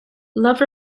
love